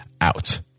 out